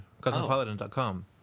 Cosmopolitan.com